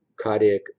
cardiac